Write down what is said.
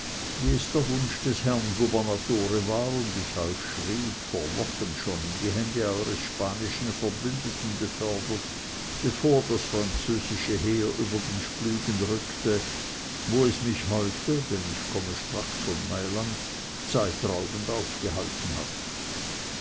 wie es der wunsch des herrn gubernatore war und ich euch schrieb vor wochen schon in die hände eures spanischen verbündeten befördert bevor das französische heer über den splügen rückte wo es mich heute denn ich komme stracks von malland zeitraubend aufgehalten hat